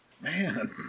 Man